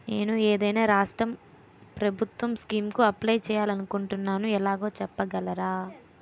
నేను ఏదైనా రాష్ట్రం ప్రభుత్వం స్కీం కు అప్లై చేయాలి అనుకుంటున్నా ఎలాగో చెప్పగలరా?